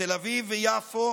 בתל אביב ויפו